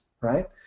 right